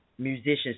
musicians